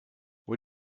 what